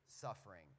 suffering